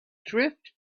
drift